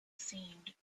seemed